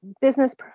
business